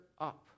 up